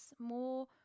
more